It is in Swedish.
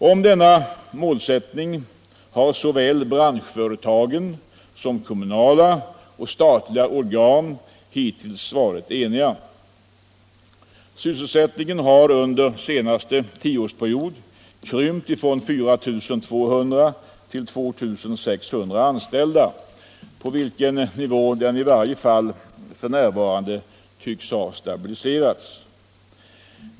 Om denna målsättning har såväl branschföretagen som kommunala och statliga organ hittills varit eniga. Sysselsättningen har under den senaste tioårsperioden krympt från 4 200 till 2 600 anställda. På denna nivå tycks den i varje fall f. n. ha stabiliserats.